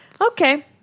Okay